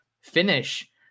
finish